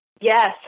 Yes